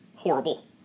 horrible